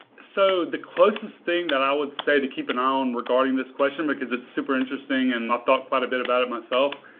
so the closest thing that i would say to keep an eye on regarding this question, because it's super interesting and i've thought quite a bit about it myself,